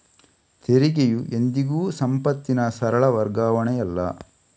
ತೆರಿಗೆಯು ಎಂದಿಗೂ ಸಂಪತ್ತಿನ ಸರಳ ವರ್ಗಾವಣೆಯಲ್ಲ